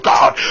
God